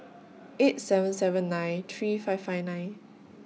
eight seven seven nine three five five nine